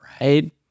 right